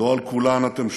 לא על כולם אתם שומעים.